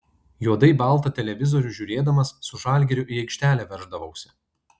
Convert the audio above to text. juodai baltą televizorių žiūrėdamas su žalgiriu į aikštelę verždavausi